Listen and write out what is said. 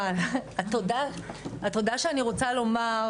אבל התודה שאני רוצה לומר,